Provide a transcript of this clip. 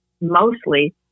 mostly